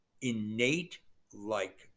innate-like